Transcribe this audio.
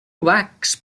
wax